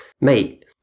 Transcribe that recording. mate